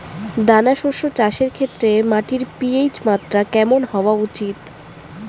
দানা শস্য চাষের ক্ষেত্রে মাটির পি.এইচ মাত্রা কেমন হওয়া উচিৎ?